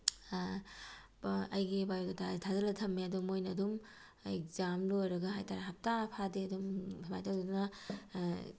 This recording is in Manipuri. ꯑꯩꯒꯤ ꯕꯥꯏꯑꯣꯗꯇꯥꯁꯦ ꯊꯥꯖꯤꯜꯂ ꯊꯝꯃꯦ ꯑꯗꯣ ꯃꯣꯏꯅ ꯑꯗꯨꯝ ꯑꯦꯛꯖꯥꯝ ꯂꯣꯏꯔꯒ ꯍꯥꯏꯇꯥꯔꯦ ꯍꯞꯇꯥ ꯐꯥꯗꯦ ꯑꯗꯨꯝ ꯁꯨꯃꯥꯏꯅ ꯇꯧꯗꯨꯅ